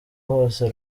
hose